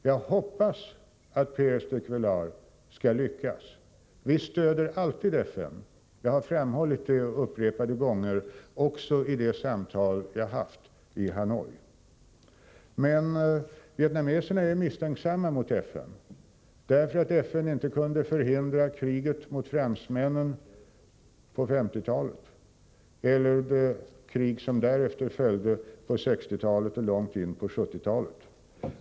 Jag hoppas att Perez de Cuellar skall lyckas. Vi stöder alltid FN. Jag har framhållit det upprepade gånger, också i de samtal jag haft i Hanoi. Men vietnameserna är misstänksamma mot FN därför att FN inte kunde förhindra kriget mot fransmännen på 1950-talet, eller det krig som därefter följde på 1960 och långt in på 1970-talet.